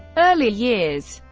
early years